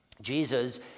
Jesus